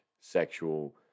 sexual